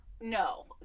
no